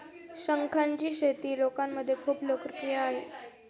शंखांची शेती लोकांमध्ये खूप लोकप्रिय आहे